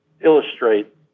illustrate